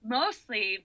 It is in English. mostly